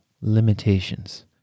limitations